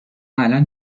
الان